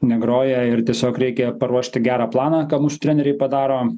negroja ir tiesiog reikia paruošti gerą planą ką mūsų treneriai padaro